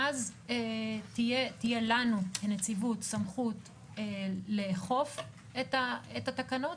ואז תהיה לנו כנציבות סמכות לאכוף את התקנות,